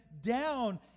down